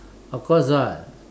of course [what]